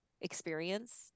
experience